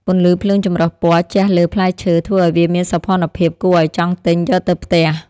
ពន្លឺភ្លើងចម្រុះពណ៌ជះលើផ្លែឈើធ្វើឱ្យវាមានសោភ័ណភាពគួរឱ្យចង់ទិញយកទៅផ្ទះ។